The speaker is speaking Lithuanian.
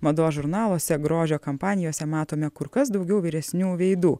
mados žurnaluose grožio kampanijose matome kur kas daugiau vyresnių veidų